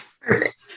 perfect